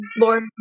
Lord